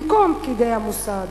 במקום פקידי המוסד,